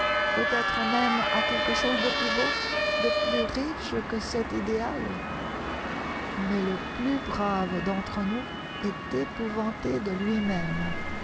peut-être même à quelque chose de plus beau de plus riche que cet idéal mais le plus brave d'entre nous est épouvanté de lui-même